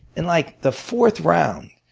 in like the fourth round,